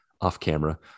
off-camera